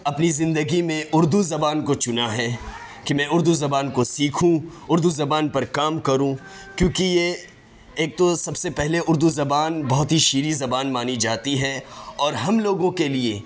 اپنی زندگی میں اردو زبان کو چنا ہے کہ میں اردو زبان کو سیکھوں اردو زبان پر کام کروں کیونکہ یہ ایک تو سب سے پہلے اردو زبان بہت ہی شیریں زبان مانی جاتی ہے اور ہم لوگوں کے لیے